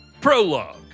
Prologue